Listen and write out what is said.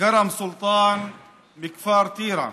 כרם סולטאן מכפר טירה,